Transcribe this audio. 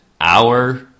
hour